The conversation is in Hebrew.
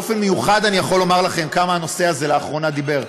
באופן מיוחד אני יכול לומר לכם כמה הנושא הזה לאחרונה דיבר,